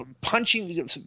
punching